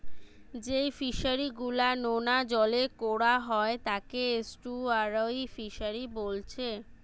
যেই ফিশারি গুলা নোনা জলে কোরা হয় তাকে এস্টুয়ারই ফিসারী বোলছে